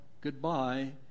goodbye